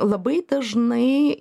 labai dažnai